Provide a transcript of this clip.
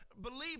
believe